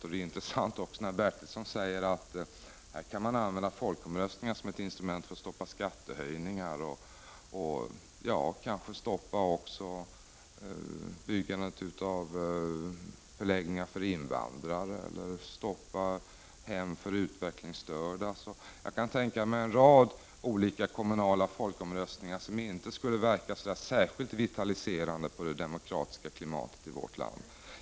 Stig Bertilsson säger också, och det är intressant, att folkomröstningen kan användas som ett instrument för att stoppa skattehöjningar och kanske också för att stoppa byggandet av förläggningar för invandrare eller hem för utvecklingsstörda. Jag kan alltså tänka mig att det skulle vara en rad olika kommunala folkomröstningar som inte skulle verka särskilt vitaliserande för det demokratiska klimatet i vårt land.